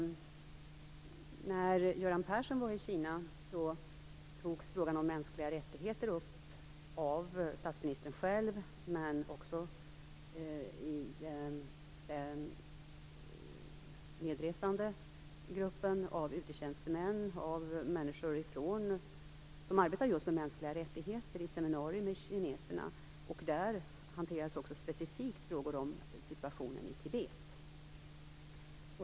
När Göran Persson var i Kina togs frågan om mänskliga rättigheter upp av statsministern själv, men också av den medresande gruppen av UD-tjänstemän och av människor som arbetar just med mänskliga rättigheter i seminarier med kineserna. Där hanterades också specifikt frågor om situationen i Tibet.